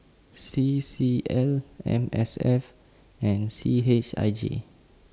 C C L M S F and C H I J